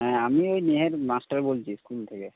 হ্যাঁ আমি ওই নেহার মাস্টার বলছি স্কুল থেকে